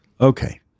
Okay